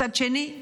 מצד שני,